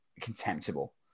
contemptible